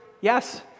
Yes